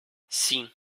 sim